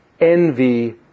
envy